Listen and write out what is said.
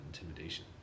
intimidation